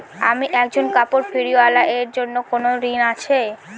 আমি একজন কাপড় ফেরীওয়ালা এর জন্য কোনো ঋণ আছে?